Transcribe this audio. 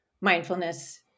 mindfulness